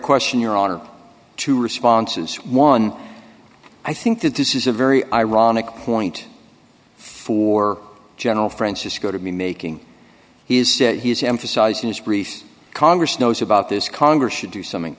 question your honor two responses one i think that this is a very ironic point for general francisco to be making he has said he is emphasizing his brief congress knows about this congress should do something